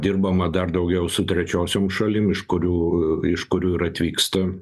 dirbama dar daugiau su trečiosiom šalim iš kurių iš kurių ir atvyksta